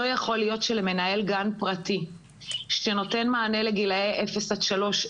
לא יכול להיות שלמנהל גן פרטי שנותן מענה לגילי אפס עד שלוש,